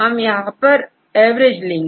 हम यहां पर एवरेज लेंगे